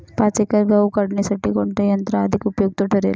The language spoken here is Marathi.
पाच एकर गहू काढणीसाठी कोणते यंत्र अधिक उपयुक्त ठरेल?